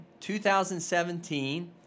2017